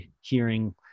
hearing